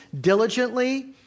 diligently